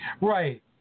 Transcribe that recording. Right